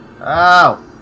Ow